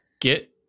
Get